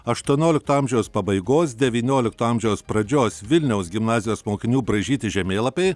aštuoniolikto amžiaus pabaigos devyniolikto amžiaus pradžios vilniaus gimnazijos mokinių braižyti žemėlapiai